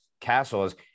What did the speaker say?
castles